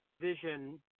vision